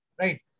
right